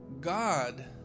God